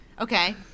Okay